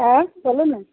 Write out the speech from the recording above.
आँय बोलू ने